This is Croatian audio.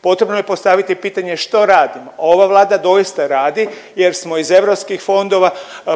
potrebno je postaviti pitanje što radimo? Ova Vlada doista radi jer smo iz europskih fondova